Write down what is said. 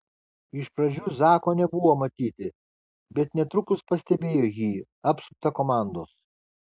iš pradžių zako nebuvo matyti bet netrukus pastebėjo jį apsuptą komandos